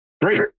great